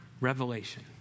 revelation